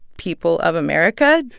people of america,